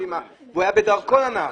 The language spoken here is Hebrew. קדימה והוא היה בדרכו לנהג,